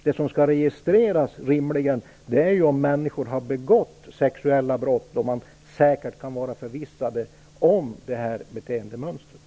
Det är ju om en människa har begått sexualbrott som man kan vara förvissad om beteendemönstret.